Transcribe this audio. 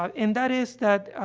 ah, and that is that,